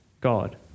God